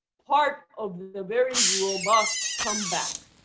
part of the very robust comeback,